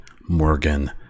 Morgan